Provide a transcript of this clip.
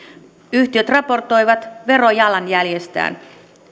yhtiöt raportoivat verojalanjäljestään